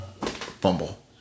fumble